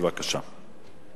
בבקשה.